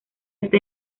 está